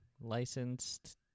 Licensed